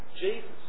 Jesus